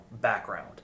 background